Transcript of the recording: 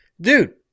Dude